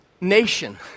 nation